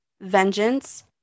vengeance